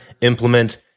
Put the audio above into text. implement